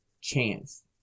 chance